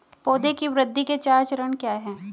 पौधे की वृद्धि के चार चरण क्या हैं?